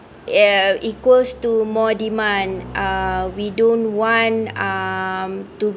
equals to more demand uh we don't want um to